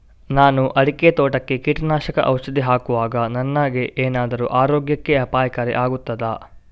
ನಾನು ಅಡಿಕೆ ತೋಟಕ್ಕೆ ಕೀಟನಾಶಕ ಔಷಧಿ ಹಾಕುವಾಗ ನನಗೆ ಏನಾದರೂ ಆರೋಗ್ಯಕ್ಕೆ ಅಪಾಯಕಾರಿ ಆಗುತ್ತದಾ?